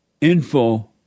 info